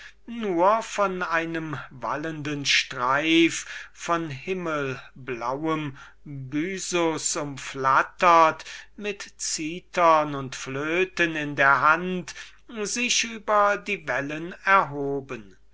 nur von einem wallenden streif von himmelblauem byssus umflattert mit cithern und flöten in der hand sich über die wellen erhuben